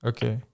Okay